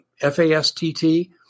F-A-S-T-T